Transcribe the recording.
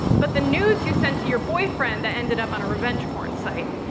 but the nudes you sent to your boyfriend that ended up on a revenge porn site.